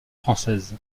française